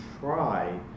try